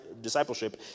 discipleship